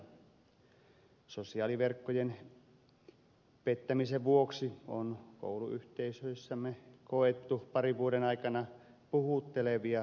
sosiaaliverkkojen pettämisen vuoksi on kouluyhteisöissämme koettu parin vuoden aikana puhuttelevia tragedioita